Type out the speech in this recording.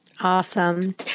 Awesome